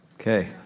Okay